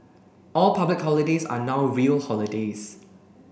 all public holidays are now real holidays